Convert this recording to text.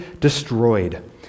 destroyed